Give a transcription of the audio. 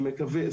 אני מקווה,